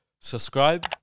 Subscribe